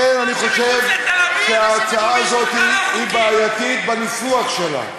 לכן אני חושב שההצעה הזאת היא בעייתית בניסוח שלה.